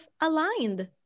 aligned